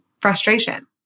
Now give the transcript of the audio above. frustration